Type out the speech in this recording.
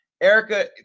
Erica